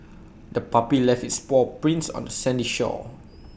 the puppy left its paw prints on the sandy shore